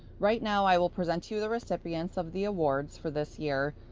right now i will present you the recipients of the awards for this year.